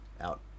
out